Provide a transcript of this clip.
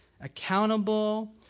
accountable